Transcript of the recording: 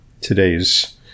today's